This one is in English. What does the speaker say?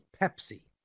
Pepsi